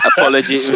Apology